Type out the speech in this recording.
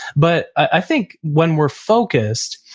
but i think when we're focused,